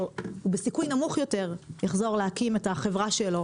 בסיכוי נמוך יותר הוא יחזור להקים את החברה שלו